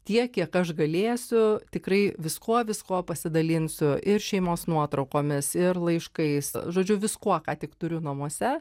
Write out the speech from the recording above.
tiek kiek aš galėsiu tikrai viskuo viskuo pasidalinsiu ir šeimos nuotraukomis ir laiškais žodžiu viskuo ką tik turiu namuose